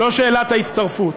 לא שאלת ההצטרפות.